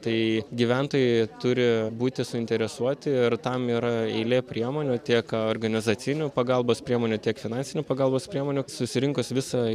tai gyventojai turi būti suinteresuoti ir tam yra eilė priemonių tiek organizacinių pagalbos priemonių tiek finansinių pagalbos priemonių susirinkus visą